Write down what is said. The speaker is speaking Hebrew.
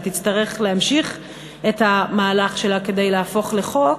ותצטרך להמשיך את המהלך שלה כדי להפוך לחוק,